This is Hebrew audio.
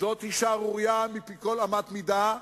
זאת שערורייה לפי כל אמת מידה,